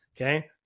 okay